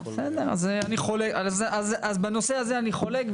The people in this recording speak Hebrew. אז בנושא הזה אני חולק,